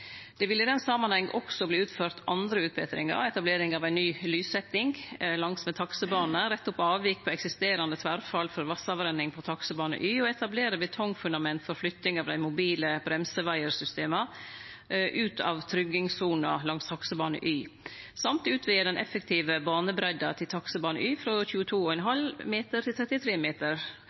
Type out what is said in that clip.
Det vil i den samanheng også verte utført andre utbetringar: etablering av ei ny lyssetting langsmed taksebanane, rette opp avvik på eksisterande tverrfall for vassavrenning på taksebane Y og etablere betongfundament for flytting av dei mobile bremsevaiersystema ut av tryggingssona langs taksebane Y, samt utvide den effektive banebreidda til taksebane Y frå 22,5 meter til 33 meter